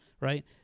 right